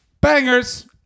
Bangers